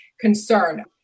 concern